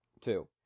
Two